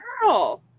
Girl